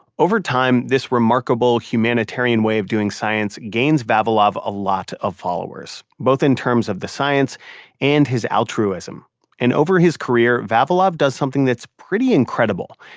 over time, this remarkable humanitarian way of doing science gains vavilov a lot of followers, both in terms of the science and his altruism and over his career, vavilov does something that's pretty incredible.